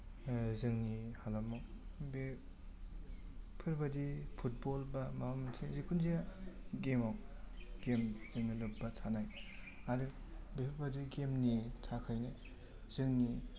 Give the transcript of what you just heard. जोंनि हालामाव बेफोरबादि फुटबल बा माबा मोनसे जिखुनु जाया गेमाव गेम जोंनो लोब्बा थानाय आरो बेफोरबादि गेम नि थाखायनो जोंनि